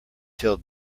till